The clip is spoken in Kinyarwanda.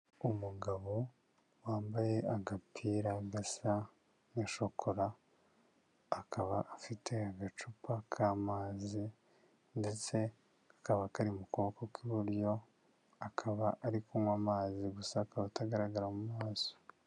Umugabo wambaye agapira gasa nka shokora, akaba afite agacupa k'amazi ndetse kakaba kari mu kuboko k'iburyo, akaba ari kunywa amazi, gusa akaba atagaragara mu maso.